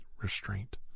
restraint